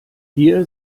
hier